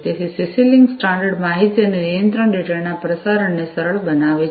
તેથી CC link standard માહિતી અને નિયંત્રણ ડેટાના પ્રસારણને સરળ બનાવે છે